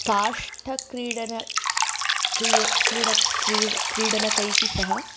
काष्ठक्रीडनं क्रि क्रीडकं क्रि क्रीडनकैः सह